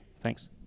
Thanks